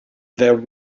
there